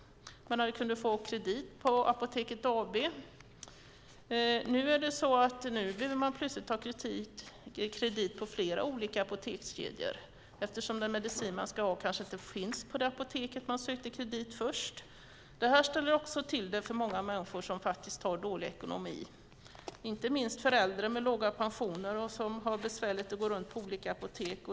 Man kunde få kredit på Apoteket AB. Nu behöver man plötsligt få kredit på flera olika apotekskedjor eftersom den medicin man ska ha kanske inte finns på det apotek där man först sökt kredit. Det här ställer till det för många människor som har dålig ekonomi, inte minst för äldre med låga pensioner och som har besvärligt att gå runt på olika apotek.